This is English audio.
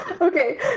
okay